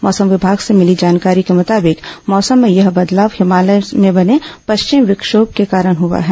मौसम विमाग से मिली जानकारी के मुताबिक मौसम में यह बदलाव हिमालय में बने पश्चिमी विक्षोभ के कारण हुआ है